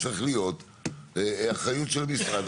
צריך להיות אחריות של משרד,